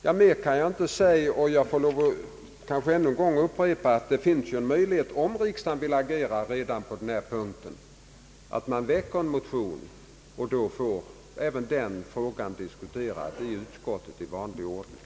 Mer än så kan jag inte säga men får kanske lov att upprepa att det ju finns möjligheter att väcka en motion som behandlas av utskottet i vanlig ordning och därefter kommer på kammarens bord.